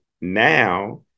now